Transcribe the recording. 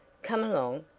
come along,